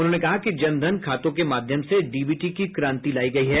उन्होंने कहा कि जनधन खातों के माध्यम से डीबीटी की क्रांति लायी गयी है